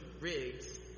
Riggs